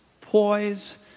poise